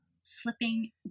slipping